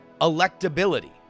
electability